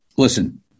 listen